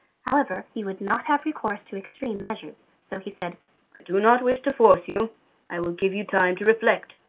however he would not have recourse to extreme measures, so he said i do not wish to force you i will give you time to reflect,